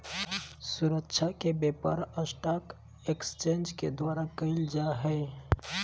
सुरक्षा के व्यापार स्टाक एक्सचेंज के द्वारा क़इल जा हइ